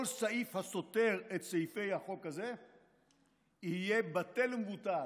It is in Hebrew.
כל סעיף הסותר את סעיפי החוק הזה יהיה בטל ומבוטל.